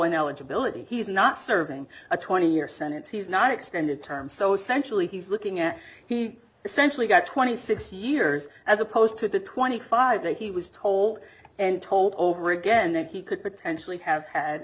ineligibility he's not serving a twenty year sentence he's not extended term so essentially he's looking at he essentially got twenty six years as opposed to the twenty five day he was told and told over again that he could potentially have had